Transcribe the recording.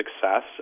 Success